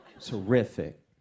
Terrific